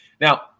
now